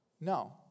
No